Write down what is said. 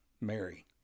Mary